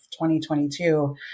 2022